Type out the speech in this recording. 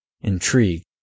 intrigued